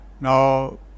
Now